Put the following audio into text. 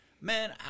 Man